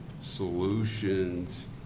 solutions